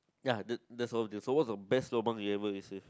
ya that that's all already so what's the best lobang you ever receive